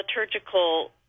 liturgical